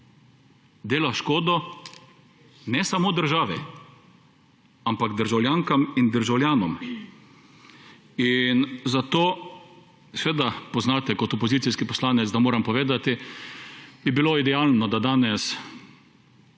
dela škodo ne samo državi, ampak državljankam in državljanom. In zato seveda poznate kot opozicijski poslanec, da moram povedati, bi bilo idealno, da danes